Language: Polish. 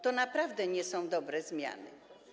To naprawdę nie są dobre zmiany.